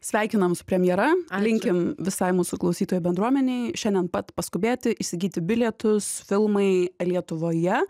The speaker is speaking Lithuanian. sveikinam su premjera linkim visai mūsų klausytojų bendruomenei šiandien pat paskubėti įsigyti bilietus filmai lietuvoje